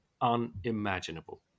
unimaginable